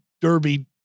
Derby